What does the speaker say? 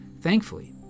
Thankfully